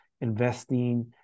investing